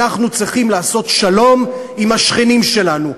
אנחנו צריכים לעשות שלום עם השכנים שלנו.